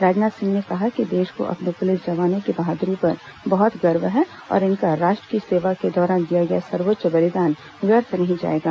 राजनाथ सिंह ने कहा कि देश को अपने पुलिस जवानों की बहादुरी पर बहुत गर्व है और इनका राष्ट्र की सेवा के दौरान दिया गया सर्वोच्च बलिदान व्यर्थ नहीं जाएगा